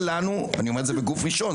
אני אומר את זה בגוף ראשון,